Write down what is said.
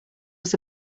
was